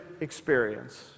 experience